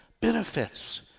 Benefits